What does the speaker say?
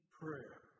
prayer